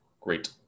Great